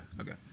okay